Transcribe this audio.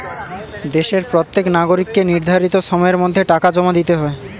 দেশের প্রত্যেক নাগরিককে নির্ধারিত সময়ের মধ্যে টাকা জমা দিতে হয়